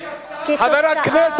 לדבר על גלעד שליט.